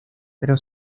pero